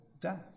death